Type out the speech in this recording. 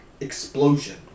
explosion